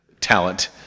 talent